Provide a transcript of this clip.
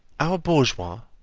our bourgeois,